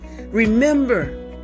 Remember